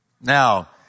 Now